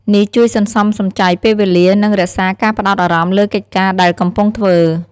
នេះជួយសន្សំសំចៃពេលវេលា និងរក្សាការផ្ដោតអារម្មណ៍លើកិច្ចការដែលកំពុងធ្វើ។